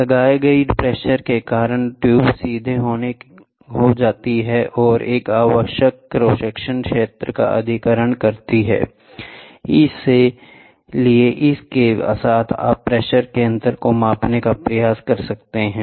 लगाया गई प्रेशर के कारण ट्यूब सीधा हो जाता है और एक आवश्यक क्रॉस सेक्शन क्षेत्र का अधिग्रहण करता है इसलिए इसके साथ आप प्रेशर में अंतर को मापने का भी प्रयास कर सकते हैं